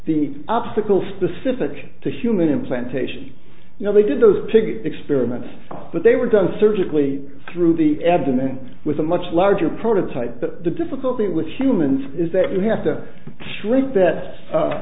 the obstacle specific to human implantation you know they did those pig experiments but they were done surgically through the abdomen with a much larger prototype but the difficulty with humans is that you have to shrink that